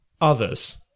others